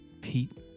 Pete